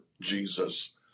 Jesus